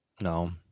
No